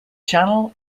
channel